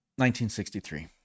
1963